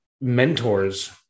mentors